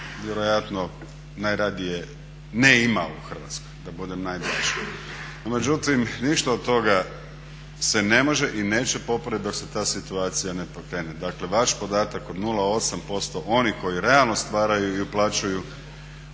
vjerojatno najradije ne imao u Hrvatskoj da budem najblaži. No, međutim ništa od toga se ne može i neće popraviti dok se ta situacija ne pokrene. Dakle, vaš podatak od 0,8% onih koji realno stvaraju i uplaćuju